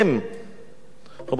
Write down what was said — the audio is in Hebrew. רבותי, המלים היו שונות.